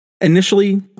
Initially